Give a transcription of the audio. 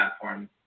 platform